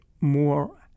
more